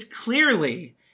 clearly